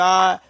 God